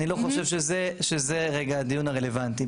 אני לא חושב שזה כרגע הדיון הרלוונטי.